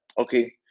okay